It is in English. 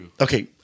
Okay